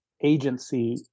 agency